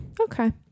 okay